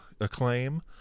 acclaim